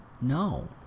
No